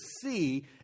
see